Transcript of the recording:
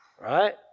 Right